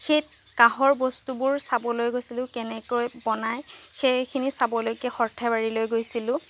সেই কাঁহৰ বস্তুবোৰ চাবলৈ গৈছিলো কেনেকৈ বনায় সেইখিনি চাবলৈকে সৰ্থেবাৰীলৈ গৈছিলো